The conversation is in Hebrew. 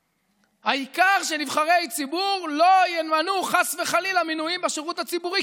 העיקר שנבחרי ציבור לא ימנו חס וחלילה מינויים בשירות הציבורי,